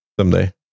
someday